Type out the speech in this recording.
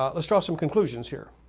ah let's draw some conclusions here.